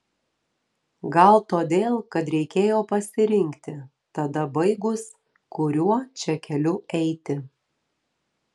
gal todėl kad reikėjo pasirinkti tada baigus kuriuo čia keliu eiti